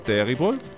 Terrible